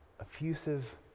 effusive